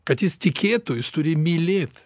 kad jis tikėtų jis turi mylėt